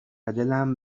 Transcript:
دلم